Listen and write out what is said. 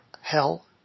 hell